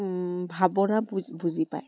ভাৱনা বুজি পায়